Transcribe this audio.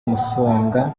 umusonga